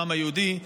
העם היהודי,